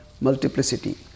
multiplicity